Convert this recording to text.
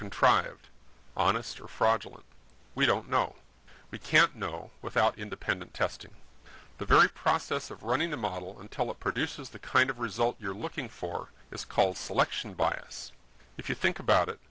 contrived honest or fraudulent we don't know we can't know without independent testing the very process of running the model until it produces the kind of result you're looking for it's called selection bias if you think about it